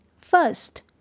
First